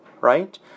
right